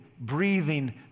breathing